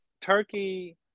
turkey